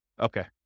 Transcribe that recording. Okay